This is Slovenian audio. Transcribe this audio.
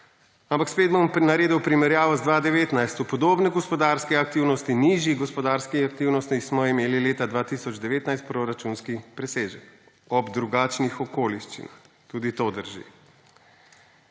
Ampak spet bom naredil primerjavo z 2019. Ob podobni gospodarski aktivnosti, nižji gospodarski aktivnosti smo imeli leta 2019 proračunski presežek. Ob drugačnih okoliščinah, tudi to drži.